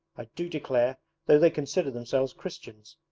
i do declare though they consider themselves christians!